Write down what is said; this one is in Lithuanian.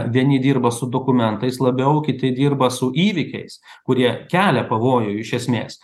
vieni dirba su dokumentais labiau kiti dirba su įvykiais kurie kelia pavojų iš esmės